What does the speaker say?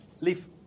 leave